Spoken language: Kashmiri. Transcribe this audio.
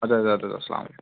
اَدٕ حظ اَدٕ حظ السلامُ علیکُم